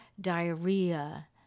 diarrhea